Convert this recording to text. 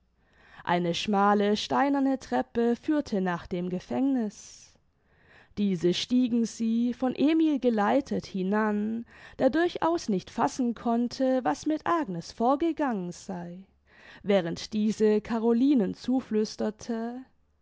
eine schmale steinerne treppe führte nach dem gefängniß diese stiegen sie von emil geleitet hinan der durchaus nicht fassen konnte was mit agnes vorgegangen sei während diese carolinen zuflüsterte